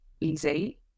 easy